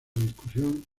difusión